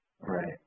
Right